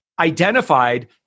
identified